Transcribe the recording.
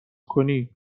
کنی